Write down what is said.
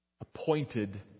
appointed